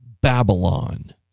Babylon